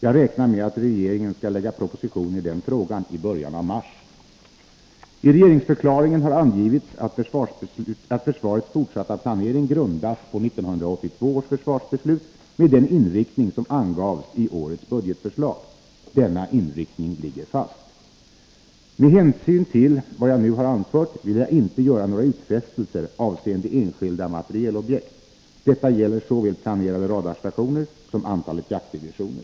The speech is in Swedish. Jag räknar med att regeringen skall lägga fram proposition i den frågan i början av mars. I regeringsförklaringen har det angivits att försvarets fortsatta planering grundas på 1982 års försvarsbeslut, med den inriktning som angavs i årets budgetförslag. Denna inriktning ligger fast. Med hänsyn till vad jag nu har anfört, vill jag inte göra några utfästelser avseende enskilda materielobjekt. Detta gäller såväl planerade radarstationer som antalet jaktdivisioner.